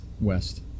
west